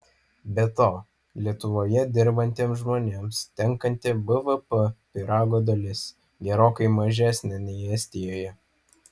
be to lietuvoje dirbantiems žmonėms tenkanti bvp pyrago dalis gerokai mažesnė nei estijoje